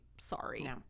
sorry